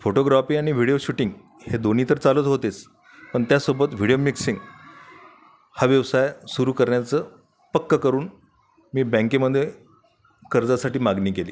photography आणि video shooting हे दोन्ही तर चालू होतेच पण त्यासोबत व्हिडीओ मिक्सिंग हा व्यवसाय सुरू करण्याचं पक्कं करून मी बँकेमध्ये कर्जासाठी मागणी केली